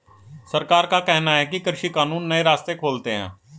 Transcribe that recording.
सरकार का कहना है कि कृषि कानून नए रास्ते खोलते है